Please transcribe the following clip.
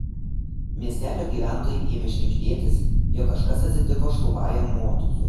miestelio gyventojai ėmė šnibždėtis jog kažkas atsitiko šlubajam motūzui